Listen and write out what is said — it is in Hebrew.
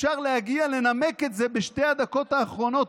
אפשר להגיע לנמק את זה בשתי הדקות האחרונות,